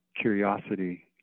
curiosity